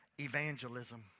evangelism